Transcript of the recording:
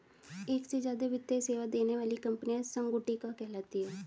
एक से ज्यादा वित्तीय सेवा देने वाली कंपनियां संगुटिका कहलाती हैं